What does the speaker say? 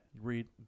read